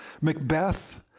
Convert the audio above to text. Macbeth